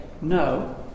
no